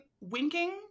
winking